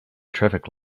traffic